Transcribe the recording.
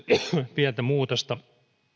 pientä muutosta